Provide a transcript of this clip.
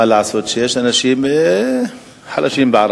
מה לעשות, שיש אנשים חלשים בערבית.